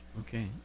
Okay